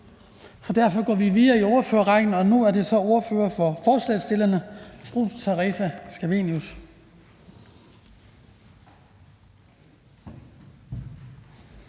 derfor går vi videre i ordførerrækken til ordfører for forslagsstillerne fru Theresa Scavenius.